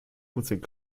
prozent